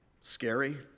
scary